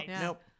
nope